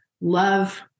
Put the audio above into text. love